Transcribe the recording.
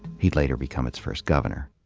he'd later become its first governor.